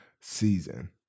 season